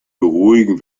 beruhigen